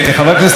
צר לי להגיד,